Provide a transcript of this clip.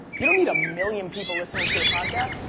you don't need a million people listening to your podcast.